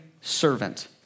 servant